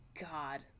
God